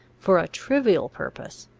for a trivial purpose,